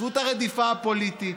תעזבו את הרדיפה הפוליטית.